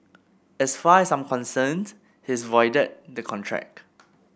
as far as I'm concerned he's voided the contract